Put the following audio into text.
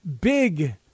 Big